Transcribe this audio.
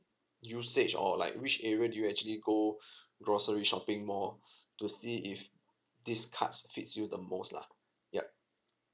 usage or like which area do you actually go grocery shopping mall to see if this cards fits you the most lah ya